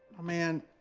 man,